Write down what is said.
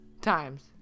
times